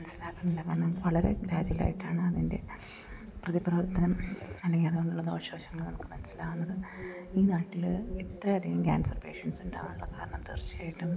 മനസിലാക്കുന്നില്ല കാരണം വളരെ ഗ്രാജ്വൽ ആയിട്ടാണ് അതിൻ്റെ പ്രതിപ്രവർത്തനം അല്ലെങ്കിൽ അതുകൊണ്ടുള്ള ദോഷവശങ്ങൾ നമുക്ക് മനസ്സിലാവുന്നത് ഈ നാട്ടിൽ ഇത്ര അധികം ക്യാൻസർ പേഷ്യൻസ് ഉണ്ടാവാനുള്ള കാരണം തീർച്ചയായിട്ടും